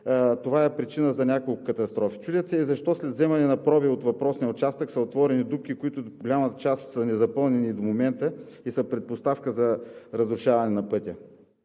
това е причина за няколко катастрофи. Чудят се и защо след вземане на проби от въпросния участък са отворени дупки, които в голямата част са незапълнени и до момента и са предпоставка за разрушаване на пътя.